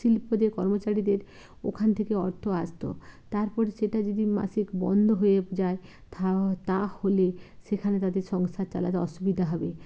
শিল্পদের কর্মচারীদের ওখান থেকে অর্থ আসতো তারপর সেটা যদি মাসিক বন্ধ হয়ে যায় তাহ তাহলে সেখানে তাদের সংসার চালাতে অসুবিধা হবে